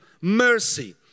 mercy